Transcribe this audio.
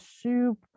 soup